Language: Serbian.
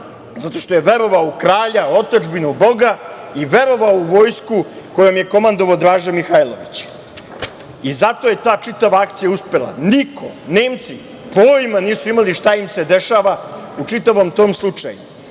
zato što je verovao u kralja, otadžbinu, Boga i verovao u vojsku kojom je komandovao Draža Mihajlović. Zato je ta čitava akcija uspela. Niko, Nemci pojma nisu imali šta im se dešava u čitavom tom slučaju. Žao